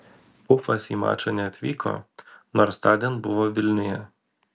pufas į mačą neatvyko nors tądien buvo vilniuje